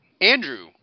Andrew